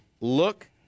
look